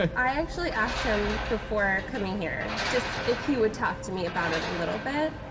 i actually asked him before coming here, just if he would talk to me about it a little bit,